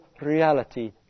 reality